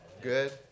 Good